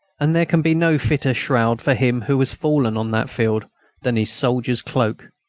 and there can be no fitter shroud for him who has fallen on that field than his soldier's cloak.